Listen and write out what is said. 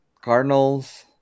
Cardinals